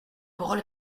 parole